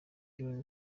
john